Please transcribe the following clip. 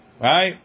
Right